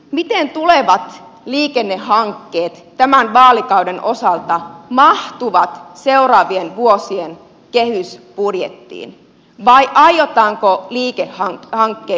miten tulevat liikennehankkeet tämän vaalikauden osalta mahtuvat seuraavien vuosien kehysbudjettiin vai aiotaanko liikennehankkeita karsia